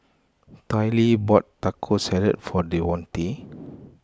Tyree bought Taco Salad for Devonte